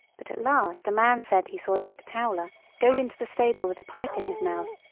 but at last a man said he saw dick towler go into the stable with a pipe in his mouth,